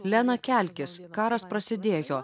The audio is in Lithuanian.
lena kelkis karas prasidėjo